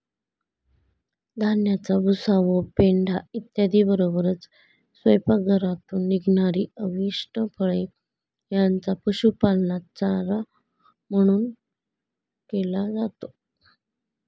धान्याचा भुसा व पेंढा इत्यादींबरोबरच स्वयंपाकघरातून निघणारी अवशिष्ट फळे यांचा पशुपालनात चारा म्हणून केला जातो